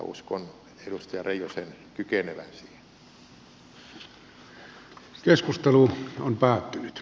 uskon edustaja reijosen kykenevän siihen